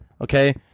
Okay